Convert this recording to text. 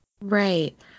right